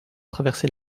traverser